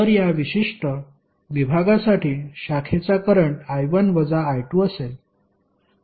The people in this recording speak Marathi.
तर या विशिष्ट विभागासाठी शाखेचा करंट I1 वजा I2 असेल